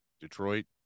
detroit